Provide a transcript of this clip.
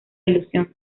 ilusión